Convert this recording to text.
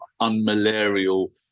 unmalarial